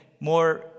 more